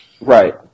Right